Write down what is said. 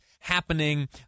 happening